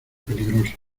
peligroso